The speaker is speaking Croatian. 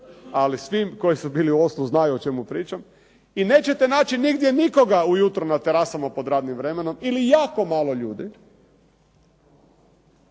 ali svima koji su bili u Oslu znaju o čemu pričam, i nećete naći nigdje nikoga ujutro na terasama pod radnim vremenom ili jako malo ljudi.